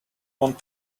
want